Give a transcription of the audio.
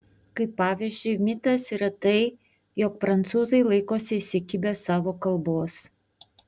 kaip pavyzdžiui mitas yra tai jog prancūzai laikosi įsikibę savo kalbos